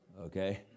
Okay